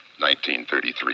1933